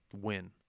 win